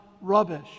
rubbish